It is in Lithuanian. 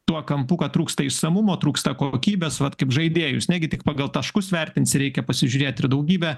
tuo kampu kad trūksta išsamumo trūksta kokybės vat kaip žaidėjus negi tik pagal taškus vertinsi reikia pasižiūrėt ir daugybę